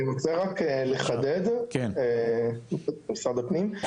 אני רוצה רק לחדד, משרד הפנים.